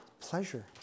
pleasure